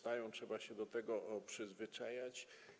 Trzeba się do tego przyzwyczajać.